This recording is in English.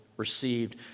received